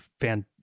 fan